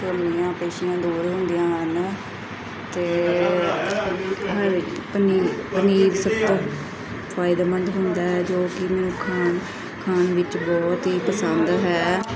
ਕਮੀਆਂ ਪੇਸ਼ੀਆਂ ਦੂਰ ਹੁੰਦੀਆਂ ਹਨ ਅਤੇ ਹ ਪਨੀਰ ਪਨੀਰ ਸਭ ਤੋਂ ਫਾਇਦੇਮੰਦ ਹੁੰਦਾ ਹੈ ਜੋ ਕਿ ਮੈਨੂੰ ਖਾਣ ਖਾਣ ਵਿੱਚ ਬਹੁਤ ਹੀ ਪਸੰਦ ਹੈ